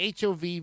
HOV